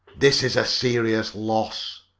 this is a serious loss.